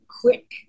quick